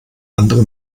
andere